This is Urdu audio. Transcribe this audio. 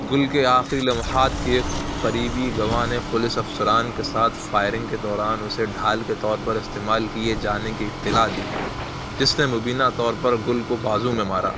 گل کے آخری لمحات کے ایک قریبی گواہ نے پولیس افسران کے ساتھ فائرنگ کے دوران اسے ڈھال کے طور پر استعمال کیے جانے کی اطلاع دی جس نے مبینہ طور پر گل کو بازو میں مارا